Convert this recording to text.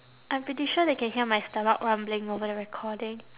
I'm pretty sure they can hear my stomach rumbling over the recording